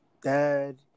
Dad